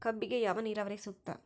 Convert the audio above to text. ಕಬ್ಬಿಗೆ ಯಾವ ನೇರಾವರಿ ಸೂಕ್ತ?